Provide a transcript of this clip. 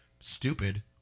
Stupid